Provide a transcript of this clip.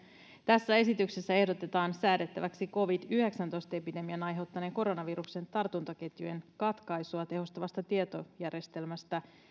tässä esityksessä ehdotetaan säädettäväksi covid yhdeksäntoista epidemian aiheuttaneen koronaviruksen tartuntaketjujen katkaisua tehostavasta tietojärjestelmästä